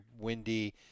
windy